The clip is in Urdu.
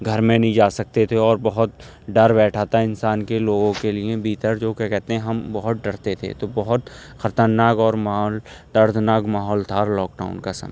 گھر میں نہیں جا سکتے تھے اور بہت ڈر بیٹھا تھا انسان کے لوگوں کے لیے بھیتر جو کیا کہتے ہیں ہم بہت ڈرتے تھے تو بہت خطرناک اور ماحول دردناک ماحول تھا لاک ڈاؤن کا سمعے